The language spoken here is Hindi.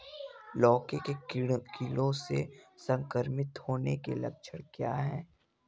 लौकी के कीड़ों से संक्रमित होने के लक्षण क्या हैं?